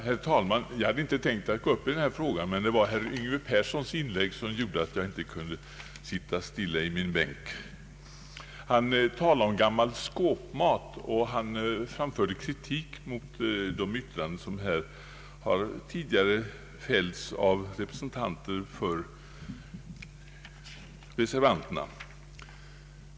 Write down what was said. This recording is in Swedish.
Herr talman! Jag hade inte tänkt gå upp i denna fråga, men herr Yngve Perssons inlägg gjorde att jag inte kunde sitta stilla i min bänk. Herr Persson talade om gammal skåpmat och kritiserade yttranden som tidigare fällts av företrädare för reservanterna.